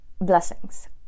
blessings